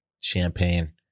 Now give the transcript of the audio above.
champagne